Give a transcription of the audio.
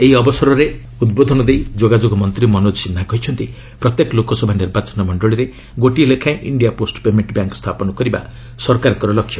ଏହି ଅବସରରେ ଉଦ୍ବୋଧନ ଦେଇ ଯୋଗାଯୋଗ ମନ୍ତ୍ରୀ ମନୋଜ ସିହ୍ନା କହିଛନ୍ତି ପ୍ରତ୍ୟେକ ଲୋକସଭା ନିର୍ବାଚନ ମଣ୍ଡଳୀରେ ଗୋଟିଏ ଲେଖାଏଁ ଇଣ୍ଡିଆ ପୋଷ୍ଟ ପେମେଣ୍ଟ ବ୍ୟାଙ୍କ ସ୍ଥାପନ କରିବା ସରକାରଙ୍କର ଲକ୍ଷ୍ୟ